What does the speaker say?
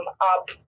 up